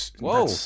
whoa